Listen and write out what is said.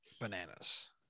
Bananas